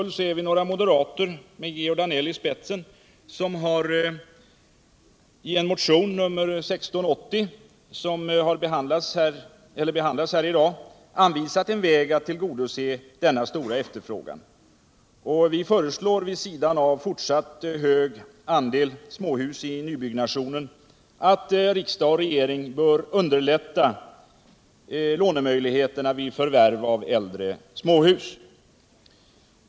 Vi är några moderater, med Georg Danell i spetsen, som för den skullien motion —nr 1680 som behandlas i dag — har anvisat en väg att tillgodose denna stora efterfrågan. Vi föreslår — vid sidan av fortsatt hög andel i småhus i nybyggnationen — att riksdag och regering förbättrar lånemöjligheterna vid förvärv av äldre småhus.